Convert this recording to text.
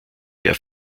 der